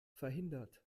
verhindert